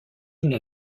n’a